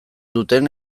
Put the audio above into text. duten